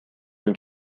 den